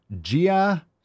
Gia